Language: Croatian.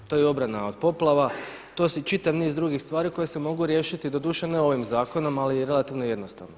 To je obrana od poplava, to su čitav niz drugih stvari koje se mogu riješiti doduše ne ovim zakonom ali relativno jednostavno.